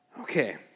Okay